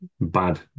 bad